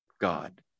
God